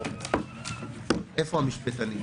איפה המשפטנים?